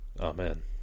amen